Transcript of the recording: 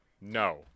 no